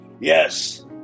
yes